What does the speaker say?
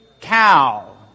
cow